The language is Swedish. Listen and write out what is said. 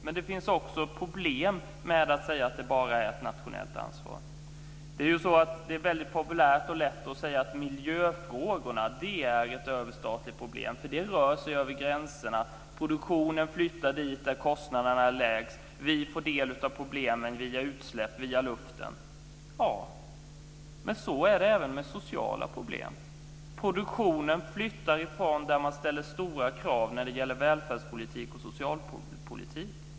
Men det finns också problem med att säga att det bara är ett nationellt ansvar. Det är väldigt populärt och lätt att säga att just miljöfrågorna är ett överstatligt problem eftersom de rör sig över gränserna. Produktionen flyttar dit där kostnaderna är lägst, och vi får del av problemen via utsläpp i luften. Ja - men så är det även med sociala problem. Produktionen flyttar ifrån ställen där man ställer stora krav när det gäller välfärdspolitik och socialpolitik.